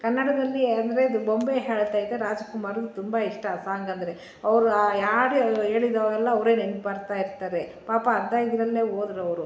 ಕನ್ನಡಲ್ಲಿ ಅಂದರೆ ಇದು ಬೊಂಬೆ ಹೇಳುತೈತೆ ರಾಜ್ಕುಮಾರ್ ತುಂಬ ಇಷ್ಟ ಆ ಸಾಂಗ್ ಅಂದರೆ ಅವ್ರು ಯಾರು ಹೇಳಿದ ಎಲ್ಲ ಅವರೆ ನೆನ್ಪು ಆಗ್ತಾಯಿರ್ತಾರೆ ಪಾಪ ಅರ್ಧ ಇದರಲ್ಲೇ ಹೋದ್ರವ್ರು